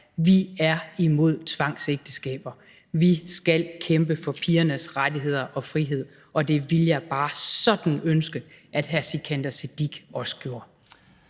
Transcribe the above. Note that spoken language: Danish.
Vi er imod tvangsægteskaber, og vi skal kæmpe for pigernes rettigheder og frihed, og det ville jeg bare sådan ønske at hr. Sikandar Siddique også gjorde.